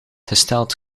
gesteld